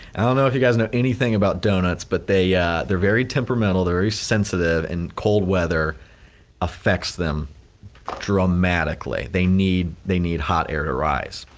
i don't know if you guys know anything about donuts but they yeah they are very temperamental, they are very sensitive in cold weather affects them dramatically, they need they need hot air to rise.